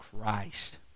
Christ